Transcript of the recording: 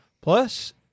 Plus